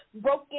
broken